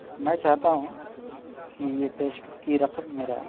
میں چاہتا ہوں کہ یہ پیشگی رقم میرا